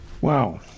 Wow